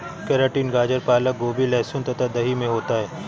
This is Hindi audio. केराटिन गाजर पालक गोभी लहसुन तथा दही में होता है